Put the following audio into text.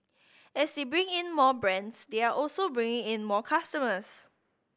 as they bring in more brands they are also bringing in more customers